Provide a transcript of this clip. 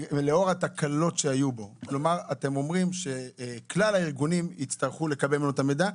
אתם אומרים שכלל הארגונים יצטרכו לקבל ממנו את המידע.